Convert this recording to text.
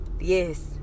Yes